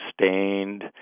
sustained